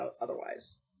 otherwise